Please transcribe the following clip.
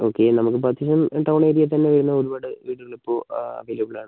okay നമുക്ക് ഇപ്പോൾ അധികം ടൗൺ ഏരിയ തന്നെ വരുന്ന ഒരുപാട് വീടുകൾ ഇപ്പോൾ അവൈലബിൾ ആണ്